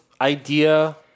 idea